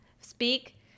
speak